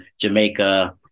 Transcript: Jamaica